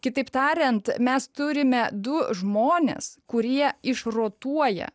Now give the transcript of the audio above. kitaip tariant mes turime du žmonės kurie išrotuoja